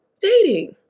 dating